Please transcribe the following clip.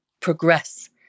progress